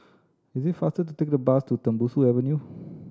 it is faster to take the bus to Tembusu Avenue